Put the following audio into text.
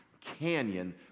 canyon